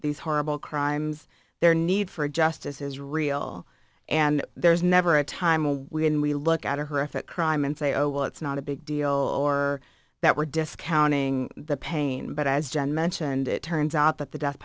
these horrible crimes their need for justice is real and there's never a time when we look at a horrific crime and say oh well it's not a big deal or that we're discounting the pain but as john mentioned it turns out that the death